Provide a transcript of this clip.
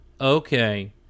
okay